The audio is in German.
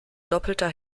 doppelter